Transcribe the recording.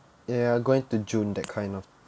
ya going to june that kind of